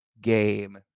game